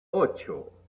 ocho